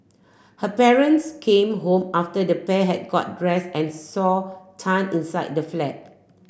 her parents came home after the pair had got dress and saw Tan inside the flat